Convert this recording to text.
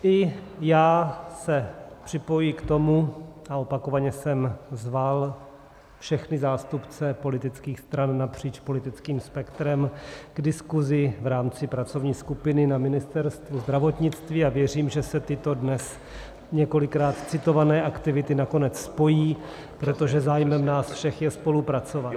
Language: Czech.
I já se připojuji k tomu, a opakovaně jsem zval všechny zástupce politických stran napříč politickým spektrem k diskuzi v rámci pracovní skupiny na Ministerstvu zdravotnictví, a věřím, že se tyto dnes několikrát citované aktivity nakonec spojí, protože zájmem nás všech spolupracovat.